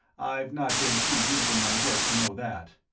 i've not been too deep in my work to know that.